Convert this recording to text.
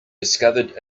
discovered